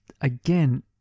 again